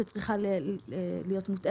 שצריכה להיות מותאמת.